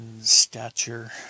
stature